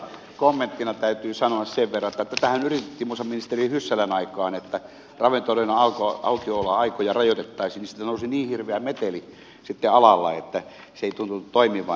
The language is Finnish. kommenttina täytyy sanoa sen verran että tätähän yritettiin muun muassa ministeri hyssälän aikaan että ravintoloiden aukioloaikoja rajoitettaisiin mutta siitä nousi niin hirveä meteli sitten alalla että se ei tuntunut toimivan